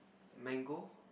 mango